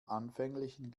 anfänglichen